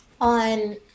on